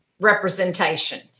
representation